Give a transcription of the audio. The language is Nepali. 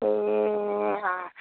ए अँ